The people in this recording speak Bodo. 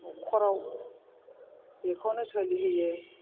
न'खराव बेखौनो सोलि होयो